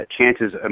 Chances